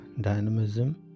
dynamism